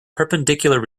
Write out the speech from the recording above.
perpendicular